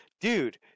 Dude